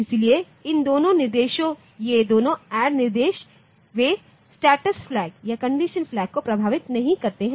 इसलिए इन दो निर्देशों ये दोनों ADD निर्देश वे स्टेटस फ्लैग या कंडीशन फ्लैग को प्रभावित नहीं करते हैं